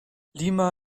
lima